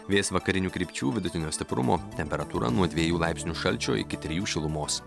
vėjas vakarinių krypčių vidutinio stiprumo temperatūra nuo dviejų laipsnių šalčio iki trijų šilumos